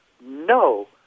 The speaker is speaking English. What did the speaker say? no